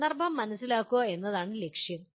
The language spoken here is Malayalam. സന്ദർഭം മനസ്സിലാക്കുക എന്നതാണ് ലക്ഷ്യം